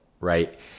right